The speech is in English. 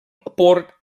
port